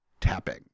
tapping